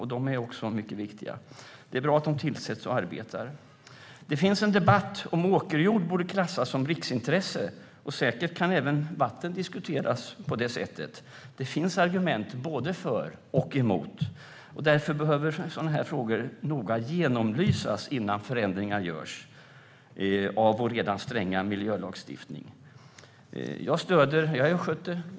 Det är bra att de tillsätts och arbetar. Det förs en debatt om huruvida åkerjord borde klassas som riksintresse. Säkert kan även vatten diskuteras på det sättet. Det finns argument både för och emot. Därför behöver sådana här frågor genomlysas noga innan förändringar görs av vår redan stränga miljölagstiftning. Jag är östgöte.